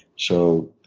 so